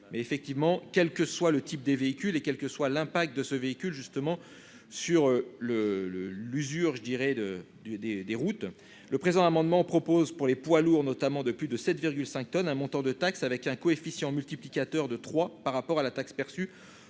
mais effectivement, quel que soit le type des véhicules et quelle que soit l'impact de ce véhicule justement sur le le l'usure je dirais de de des des routes le présent amendement propose pour les poids lourds, notamment de plus de 7 5 tonnes un montant de taxe avec un coefficient multiplicateur de trois par rapport à la taxe perçue